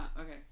okay